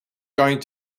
going